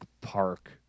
Park